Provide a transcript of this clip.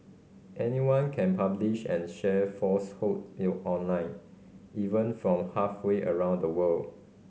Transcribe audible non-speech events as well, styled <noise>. anyone can publish and share falsehoods <unintelligible> online even from halfway around the world